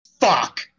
fuck